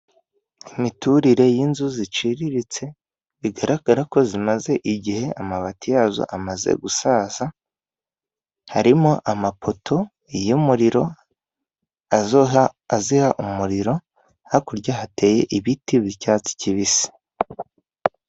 Imiturire y'inzu ziciriritse bigaragara ko zimaze igihe, amabati yazo amaze gusaza, harimo amapoto y'umuriro aziha umuriro, hakurya hateye ibiti b'icyatsi kibisi.